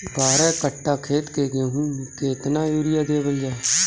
बारह कट्ठा खेत के गेहूं में केतना यूरिया देवल जा?